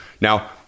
Now